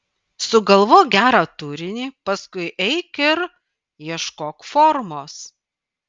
sugalvok gerą turinį paskui eik ir ieškok formos